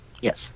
Yes